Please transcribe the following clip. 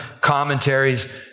commentaries